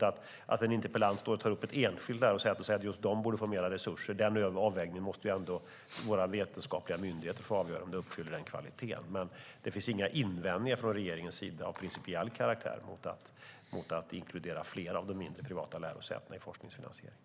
Men när interpellanten tar upp ett enskilt lärosäte och säger att just det borde få mer resurser handlar det om en avvägning som våra vetenskapliga myndigheter måste få göra. Det är de som ska avgöra om man uppfyller kvaliteten. Det finns dock inga invändningar av principiell karaktär från regeringen mot att inkludera fler av de mindre, privata lärosätena i forskningsfinansieringen.